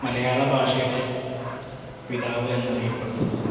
മലയാള ഭാഷയുടെ പിതാവ് എന്നറിയപ്പെടുന്നത്